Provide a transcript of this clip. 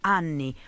anni